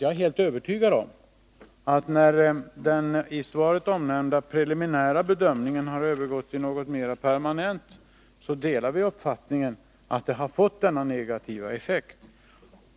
Jag är helt övertygad om att vi, när den i svaret omnämnda preliminära bedömningen har övergått i något mera permanent, kommer att vara överens om att förändringarna fått denna negativa effekt.